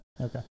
Okay